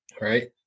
Right